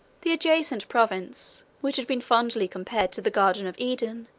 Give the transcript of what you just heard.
the adjacent province, which has been fondly compared to the garden of eden,